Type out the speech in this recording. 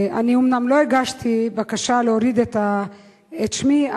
אומנם לא הגשתי בקשה להוריד את שמי,